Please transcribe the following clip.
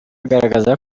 agaragaza